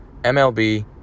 MLB